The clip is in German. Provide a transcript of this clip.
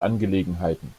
angelegenheiten